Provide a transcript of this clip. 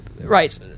right